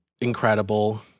Incredible